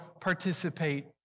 participate